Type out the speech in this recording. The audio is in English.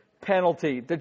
penalty